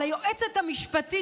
על היועצת המשפטית,